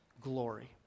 glory